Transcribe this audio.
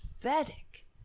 Pathetic